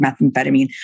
methamphetamine